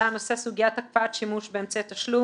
עלה הנושא סוגית הקפאת שימוש באמצעי תשלום,